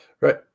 Right